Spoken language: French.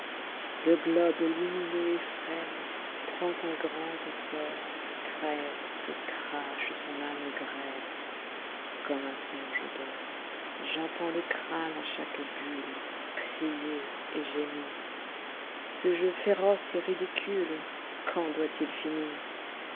le globe lumineux et frôleprend un grand essor crève et crache son àme grêlecomme un songe d'or j'entends le crâne à prier et gémir a ce jeu féroce et ridicule quand doit-il finir